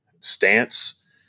stance